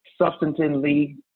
substantively